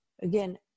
again